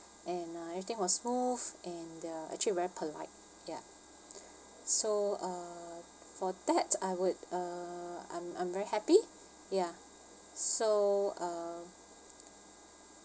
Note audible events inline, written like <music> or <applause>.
and uh everything was smooth and uh actually very polite ya <noise> so uh for that I would uh I'm I'm very happy ya so um